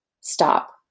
stop